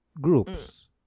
Groups